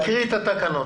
תקריאי את התקנות.